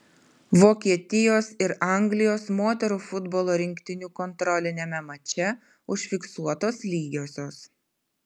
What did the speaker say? vokietijos ir anglijos moterų futbolo rinktinių kontroliniame mače užfiksuotos lygiosios